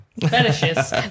Fetishes